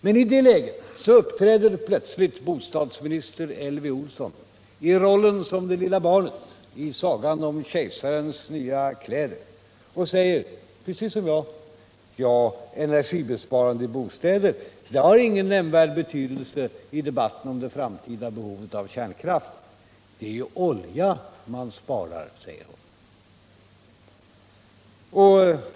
Men i det läget uppträder plötsligt bostadsminister Elvy Olsson i rollen som det lilla barnet i sagan om kejsarens nya kläder och säger, precis som jag: Ja, energisparande i bostäder har ingen nämnvärd betydelse i debatten om det framtida behovet av kärnkraft. Det är ju olja man sparar.